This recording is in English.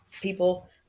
people